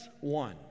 one